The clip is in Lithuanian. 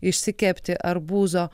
išsikepti arbūzo